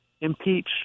impeach